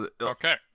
Okay